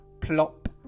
plop